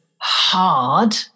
hard